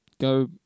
go